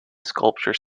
sepulchre